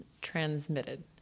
transmitted